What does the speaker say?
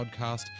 podcast